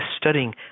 studying